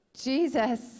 Jesus